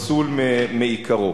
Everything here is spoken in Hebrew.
פסול מעיקרו.